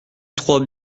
trois